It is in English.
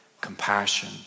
compassion